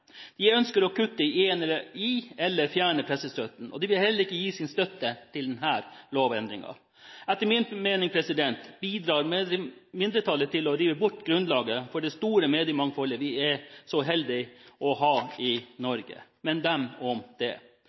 De ønsker å kutte i eller fjerne pressestøtten, og de vil heller ikke gi sin støtte til denne lovendringen. Etter min mening bidrar mindretallet til å rive bort grunnlaget for det store mediemangfoldet vi er så heldige å ha i Norge – men dem om det.